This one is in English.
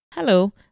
Hello